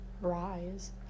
rise